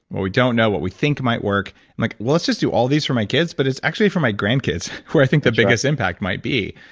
what we don't know, what we think might work. i'm like, let's just do all this for my kids, but it's actually for my grandkids, where i think the biggest impact might be,